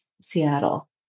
Seattle